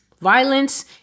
Violence